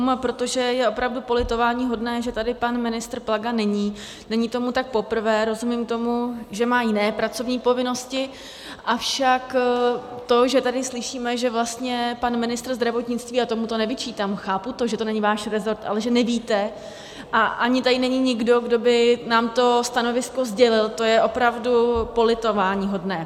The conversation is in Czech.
A protože je opravdu politováníhodné, že tady pan ministr Plaga není, není tomu tak poprvé, rozumím tomu, že má jiné pracovní povinnosti, avšak to, že tady slyšíme, že pan ministr zdravotnictví a tomu to nevyčítám, chápu, že to není váš resort, ale že nevíte, a ani tady není nikdo, kdo by nám to stanovisko sdělil, to je opravdu politováníhodné.